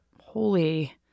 holy